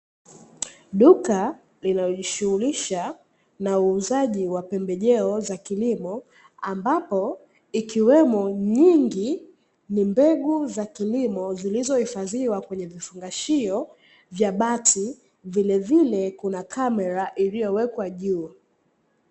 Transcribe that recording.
Duka linalo jishughulisha na uuzaji wa pembejeo za kilimo ambapo ikiwemo nyingi ni mbegu za kilimo zilizoifadhiwa kwenye vifungashio vya bati. Vilevile kuna kamera iliyowekwa juu.